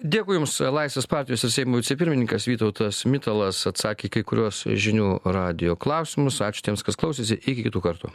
dėkui jums laisvės partijos ir seimo vicepirmininkas vytautas mitalas atsakė į kai kuriuos žinių radijo klausimus ačiū tiems kas klausėsi iki kitų kartų